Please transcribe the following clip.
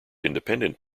independent